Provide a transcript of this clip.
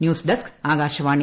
news desk Akashvani